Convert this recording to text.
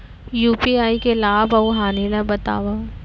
UPI के लाभ अऊ हानि ला बतावव